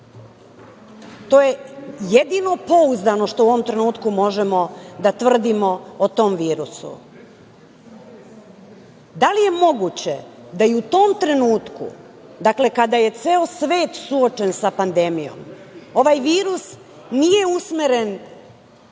To je jedino pouzdano što u ovom trenutku možemo da tvrdimo o tom virusu. Da li je moguće da i u tom trenutku, dakle, kada je ceo svet suočen sa pandemijom, ovaj virus nije usmeren